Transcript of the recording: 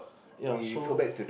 ya so